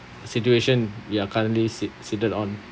situation you are currently seat~ seated on